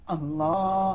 Allah